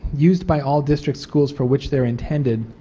used by all district schools for which they are intended